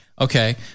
Okay